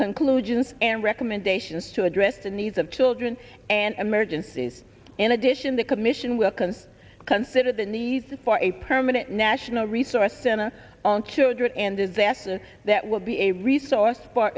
conclusions and recommendations to address the needs of children and emergencies in addition the commission will can consider than these for a permanent national resource center on children and disaster that will be a resource